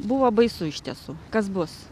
buvo baisu iš tiesų kas bus